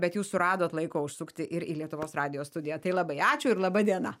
bet jūs suradot laiko užsukti į lietuvos radijo studiją tai labai ačiū ir laba diena